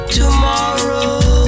tomorrow